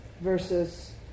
versus